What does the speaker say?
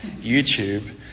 YouTube